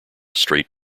straight